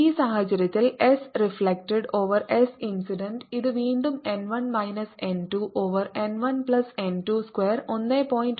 ഈ സാഹചര്യത്തിൽ S reflected over S incident ഇത് വീണ്ടും n 1 minus n 2 over n 1 plus n 2 square 1